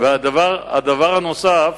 והדבר הנוסף,